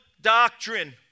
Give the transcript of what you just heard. doctrine